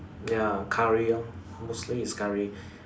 ya curry loh mostly is curry